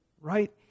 right